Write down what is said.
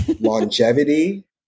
longevity